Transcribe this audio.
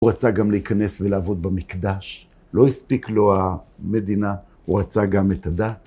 הוא רצה גם להיכנס ולעבוד במקדש. לא הספיק לו המדינה, הוא רצה גם את הדת.